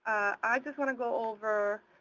i just want to go over